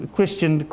Christian